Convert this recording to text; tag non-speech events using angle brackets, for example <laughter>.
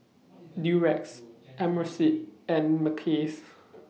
<noise> Durex Amerisleep and Mackays